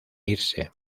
irse